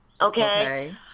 okay